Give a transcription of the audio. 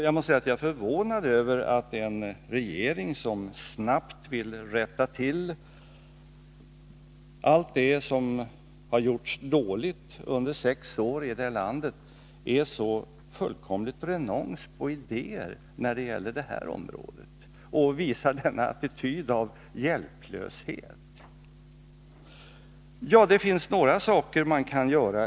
Jag måste säga att jag är förvånad över att en regering som snabbt vill rätta till allt vad som under sex år har gjorts dåligt i det här landet är så fullständigt renons på idéer när det gäller det här området och visar denna hjälplösa attityd. Men det finns några saker som man kan göra.